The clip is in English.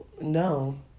no